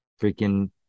freaking